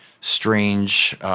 strange –